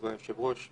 זה בנוסח נכון?